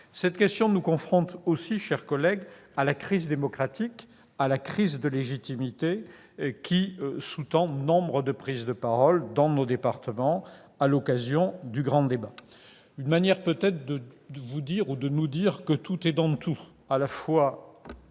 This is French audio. Cette question nous confronte aussi, chers collègues, à la crise démocratique, à la crise de légitimité que traduisent nombre de prises de parole dans nos départements, dans le cadre du grand débat national. C'est une manière peut-être de vous dire, ou de nous dire, que tout est dans tout : à la fois